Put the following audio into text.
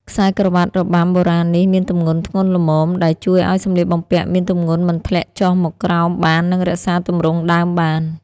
ខ្សែក្រវាត់របាំបុរាណនេះមានទម្ងន់ធ្ងន់ល្មម ដែលជួយឲ្យសម្លៀកបំពាក់មានទម្ងន់មិនធ្លាក់ចុះមកក្រោមបាននិងរក្សាទម្រង់ដើមបាន។